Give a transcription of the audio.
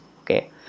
okay